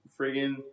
friggin